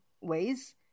ways